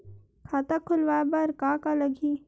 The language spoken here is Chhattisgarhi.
खाता खुलवाय बर का का लगही?